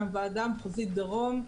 מהוועדה המחוזית דרום,